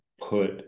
put